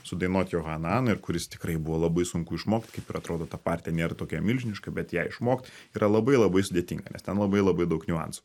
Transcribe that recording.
sudainuot johanan ir kuris tikrai buvo labai sunku išmokt kaip ir atrodo ta partija nėr tokia milžiniška bet ją išmokt yra labai labai sudėtinga nes ten labai labai daug niuansų